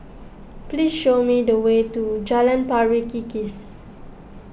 please show me the way to Jalan Pari Kikis